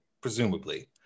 Presumably